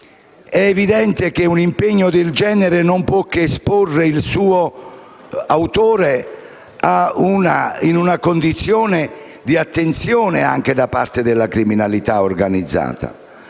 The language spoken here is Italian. È evidente che un impegno del genere non può che esporre il suo autore a una condizione di attenzione da parte della criminalità organizzata.